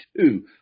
two